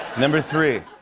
number three,